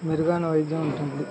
మెరుగైన వైద్యం ఉంటుంది